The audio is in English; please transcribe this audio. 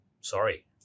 sorry